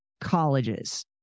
colleges